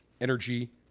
energy